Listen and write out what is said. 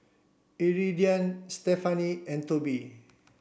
Iridian Stefani and Tobie